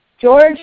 George